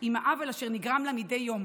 את העוול שנגרם לה מדי יום